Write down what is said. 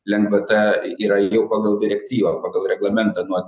lengvata yra jau pagal direktyvą pagal reglamentą nuo